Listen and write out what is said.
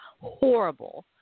horrible